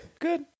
good